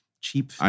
cheap